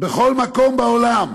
"בכל מקום בעולם,